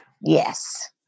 Yes